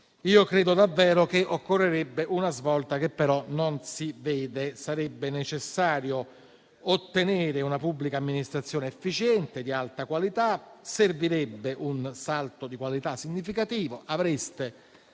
credo davvero che occorrerebbe una svolta, che però non si vede. Sarebbe necessario ottenere una pubblica amministrazione efficiente e di alta qualità; servirebbe un salto di qualità significativo. Avreste